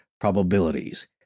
probabilities